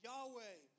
Yahweh